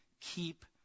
Keep